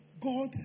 God